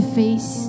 face